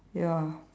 ya